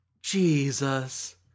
Jesus